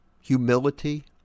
humility